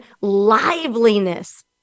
liveliness